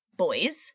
boys